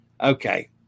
okay